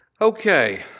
Okay